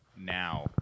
now